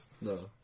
No